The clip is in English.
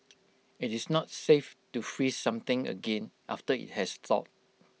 IT is not safe to freeze something again after IT has thawed